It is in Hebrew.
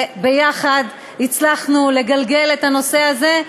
ויחד הצלחנו לגלגל את הנושא הזה,